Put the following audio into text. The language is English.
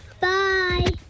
bye